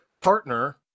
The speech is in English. partner